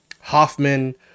Hoffman